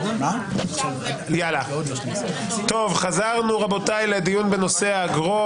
טוב, חזרנו רבותי לדיון בנושא האגרות.